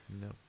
No